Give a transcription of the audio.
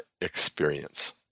experience